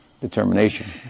determination